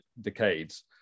decades